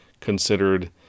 considered